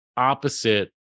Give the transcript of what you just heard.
opposite